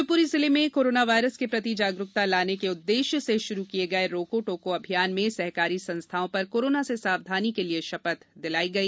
शिवप्री जिले में कोरोनावायरस के प्रति जागरूकता लाने के उद्देश्य से श्रू किए गए रोको टोको अभियान में सहकारी संस्थाओं पर कोरोना से सावधानी के लिए शपथ दिलाई गई